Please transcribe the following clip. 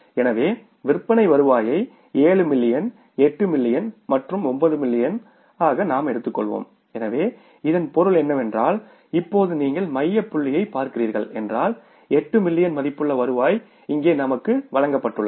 எனவே விற்பனை வருவாயை 7 மில்லியன் 8 மில்லியன் மற்றும் 9 மில்லியனாக நாம் எடுத்துள்ளோம் எனவே இதன் பொருள் என்னவென்றால் இப்போது நீங்கள் மைய புள்ளியைப் பார்க்கிறீர்கள் என்றால் 8 மில்லியன் மதிப்புள்ள வருவாய் இங்கே நமக்கு வழங்கப்பட்டுள்ளது